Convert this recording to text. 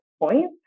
points